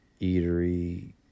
Eatery